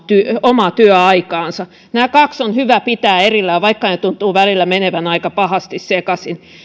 omaa työaikaansa nämä kaksi on hyvä pitää erillään vaikka ne tuntuvat välillä menevän aika pahasti sekaisin